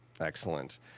Excellent